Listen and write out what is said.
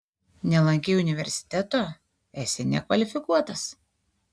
nelankei universiteto esi nekvalifikuotas